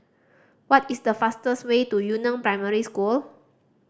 what is the fastest way to Yu Neng Primary School